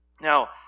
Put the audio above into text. Now